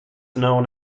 known